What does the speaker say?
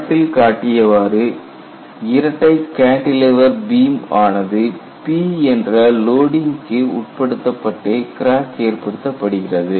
படத்தில் காட்டியவாறு இரட்டை கேண்டிலெவர் பீம் ஆனது P என்ற லோடிங் க்கு உட்படுத்தப்பட்டு கிராக் ஏற்படுத்தப்படுகிறது